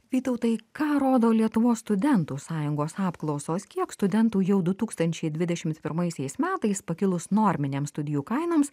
vytautai ką rodo lietuvos studentų sąjungos apklausos kiek studentų jau du tūkstančiai dvidešimt pirmaisiais metais pakilus norminėms studijų kainoms